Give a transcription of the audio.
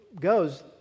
goes